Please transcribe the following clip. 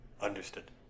Understood